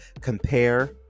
compare